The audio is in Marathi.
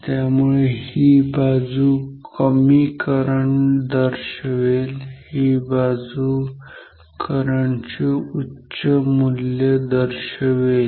त्यामुळे ही बाजू कमी करंट दर्शवेल आणि ही बाजू करंट चे उच्च मूल्य दर्शवेल